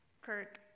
Kirk